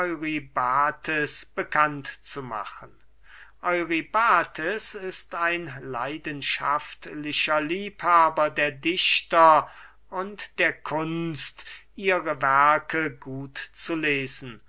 bekannt zu machen eurybates ist ein leidenschaftlicher liebhaber der dichter und der kunst ihre werke gut zu lesen